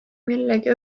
millegi